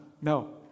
No